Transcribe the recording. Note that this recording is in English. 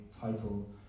title